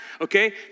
Okay